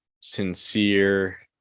sincere